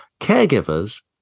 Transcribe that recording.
caregivers